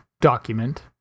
document